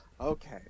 okay